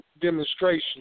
demonstration